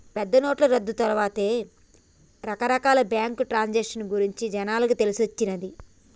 పెద్దనోట్ల రద్దు తర్వాతే రకరకాల బ్యేంకు ట్రాన్సాక్షన్ గురించి జనాలకు తెలిసొచ్చిన్నాది